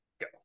go